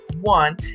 one